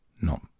Not